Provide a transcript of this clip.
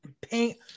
paint